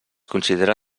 considera